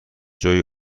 جوئی